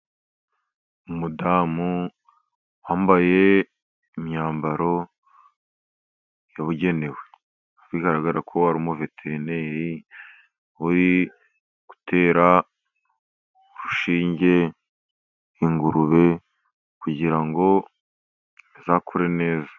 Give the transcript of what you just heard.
Umudamu wambaye imyambaro yabugenewe. Bigaragara ko ari umuveterineri uri gutera urushinge ingurube, kugira ngo zizakure neza.